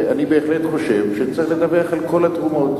אני בהחלט חושב שצריך לדווח על כל התרומות,